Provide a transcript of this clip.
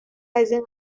ازاین